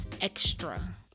extra